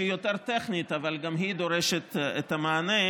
שהיא יותר טכנית אבל גם היא דורשת את המענה: